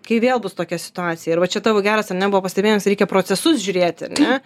kai vėl bus tokia situacija ir va čia tavo geras ar ne buvo pastebėjimas reikia procesus žiūrėti ar ne